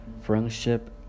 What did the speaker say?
friendship